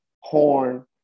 horn